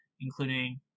including